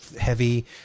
heavy